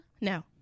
No